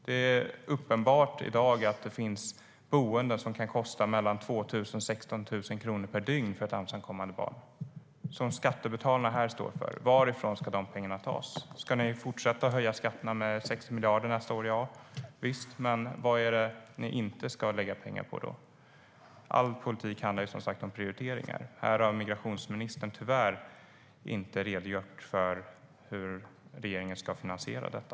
Det finns boenden i dag som kan kosta mellan 2 000 och 16 000 kronor per dygn för ett ensamkommande barn. Det står skattebetalarna här för. Varifrån ska de pengarna tas? Ska ni fortsätta att höja skatterna med 60 miljarder nästa år? Javisst, men vad är det då som ni inte ska lägga pengar på? All politik handlar som sagt om prioriteringar. Här har migrationsministern tyvärr inte redogjort för hur regeringen ska finansiera detta.